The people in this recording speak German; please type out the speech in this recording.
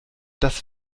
das